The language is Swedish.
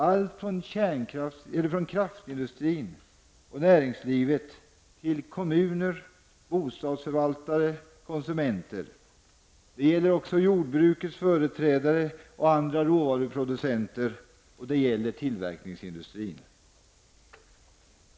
Det gäller såväl allt från kraftindustrin och näringslivet till kommuner, bostadsförvaltare och konsumenter som jordbruket och andra råvaruproducenter, och slutligen gäller det tillverkningsindustrin.